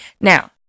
Now